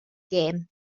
gem